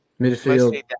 Midfield